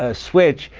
ah switch.